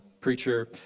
preacher